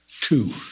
Two